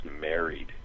married